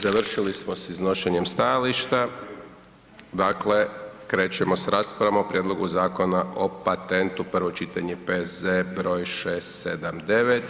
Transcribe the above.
Završili smo s iznošenjem stajališta, dakle krećemo s raspravom o Prijedlogu Zakona o patentu, prvo čitanje, P.Z.E. broj 679.